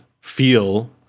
feel